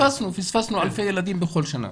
פספסנו אלפי ילדים בכל שנה.